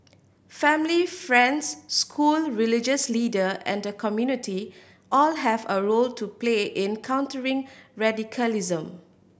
family friends school religious leader and the community all have a role to play in countering radicalism